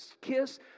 kiss